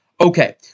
Okay